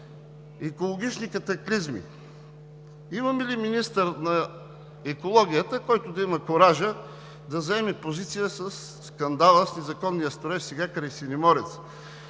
екологични катаклизми?! Имаме ли министър на екологията, който да има куража да заеме позиция по скандала с незаконния строеж сега край Синеморец,